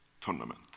tournament